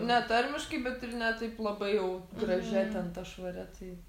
netarmiškai bet ir ne taip labai jau gražia ten ta švaria tai